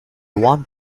one